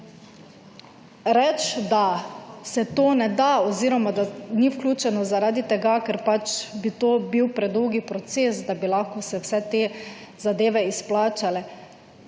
reči, da se to ne da oziroma, da ni vključeno zaradi tega, ker pač bi to bil predolgi proces, da bi lahko se vse te zadeve izplačale,